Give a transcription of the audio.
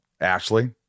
Ashley